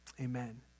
Amen